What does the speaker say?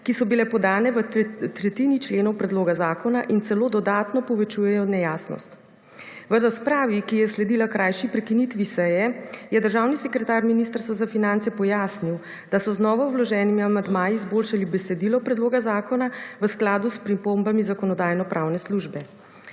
ki so bile podane v tretjini členov predloga zakona in celo dodatno povečujejo nejasnost. V razpravi, ki je sledila krajši prekinitvi seje, je državni sekretar Ministrstva za finance pojasnil, da so z novo vloženimi amandmaji izboljšali besedilo predloga zakona, v skladu s pripombami Zakonodajno-pravne službe.